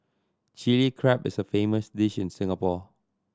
Chilli Crab is a famous dish in Singapore